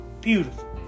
beautiful